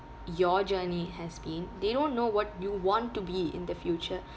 your journey has been they don't know what you want to be in the future